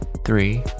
three